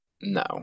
No